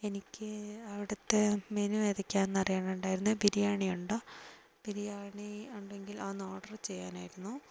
എനിക്ക് അവിടുത്തെ മെനു ഏതൊക്കെയാന്ന് അറിയാനുണ്ടായിരുന്നു ബിരിയാണി ഉണ്ടോ ബിരിയാണി ഉണ്ടെങ്കിൽ അതൊന്ന് ഓർഡർ ചെയ്യാനായിരുന്നു